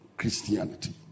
christianity